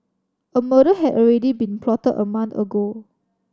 a murder had already been plotted a month ago